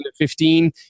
2015